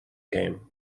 game